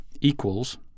equals